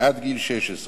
עד גיל 16,